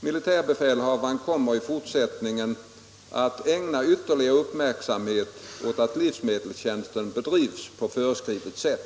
Militärbefälhavaren kommer i fortsättningen att ägna ytterligare uppmärksamhet åt att livsmedelstjänsten bedrivs på föreskrivet sätt.